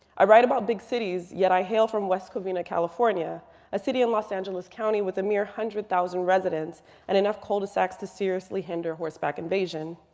i write about big cities, yet i hail from west covina, california a city in los angeles county with a mere one hundred thousand residents and enough cul de sacs to seriously hinder horseback invasion.